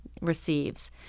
receives